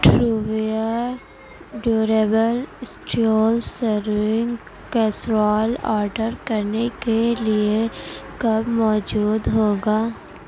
ٹروویئر durable styles serving casserole order کرنے کے لیے کب موجود ہوگا